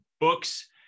books